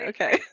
Okay